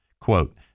Quote